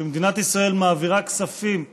שמדינת ישראל מעבירה כספים לרשות,